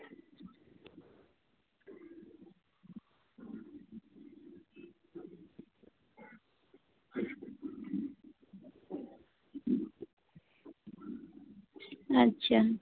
ᱟᱪᱪᱷᱟ